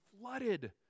flooded